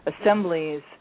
assemblies